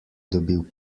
dobil